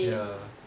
ya